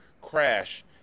Crash